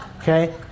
okay